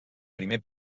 primer